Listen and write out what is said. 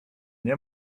nie